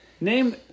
Name